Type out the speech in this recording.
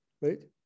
right